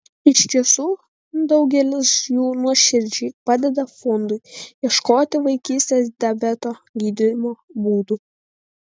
iš tiesų daugelis jų nuoširdžiai padeda fondui ieškoti vaikystės diabeto gydymo būdų